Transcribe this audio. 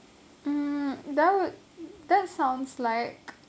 um that would that sounds like